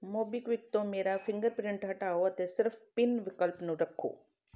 MobiKwik ਤੋਂ ਮੇਰਾ fingerprint ਹਟਾਓ ਅਤੇ ਸਿਰਫ਼ ਪਿਨ ਵਿਕਲਪ ਨੂੰ ਰੱਖੋ